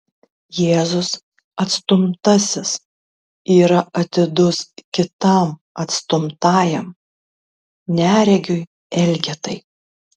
jėzus atstumtasis yra atidus kitam atstumtajam neregiui elgetai